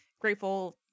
grateful